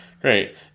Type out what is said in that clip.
Great